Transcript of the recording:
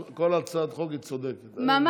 כל הצעת החוק היא צודקת, אין מה לדבר.